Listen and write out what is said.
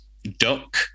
duck